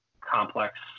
complex